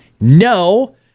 no